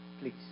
please